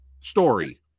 Story